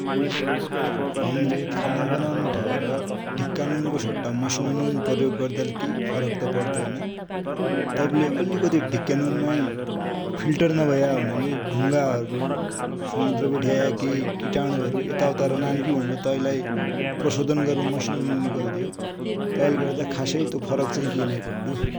हमिले खाना बनौने ठौर ढीक्का नुन को सट्टा मसिनो नुन प्रयोग गर्दा ले केहि फरक त पर्दैन। तब ले अलिकति ढीक्के नुन माइ फिल्टर नभया हुनाले ढूङगा हरु, समुन्द्र बठे आया केइ किटाणू हरु यता उता रनान कि भन्बटी तैलाइ प्रसोधन गर्बटी मसिनो नुन निकाल्या हो । तैले गर्दा खासै केइ फरक चाइ नाइ पड्डू ।